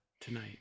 tonight